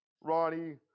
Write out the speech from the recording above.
Ronnie